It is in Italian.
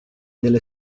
delle